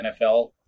nfl